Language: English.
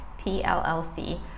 PLLC